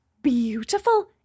Beautiful